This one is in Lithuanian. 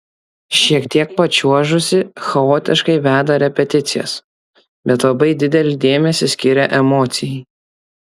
šiek tiek pačiuožusi chaotiškai veda repeticijas bet labai didelį dėmesį skiria emocijai